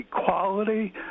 equality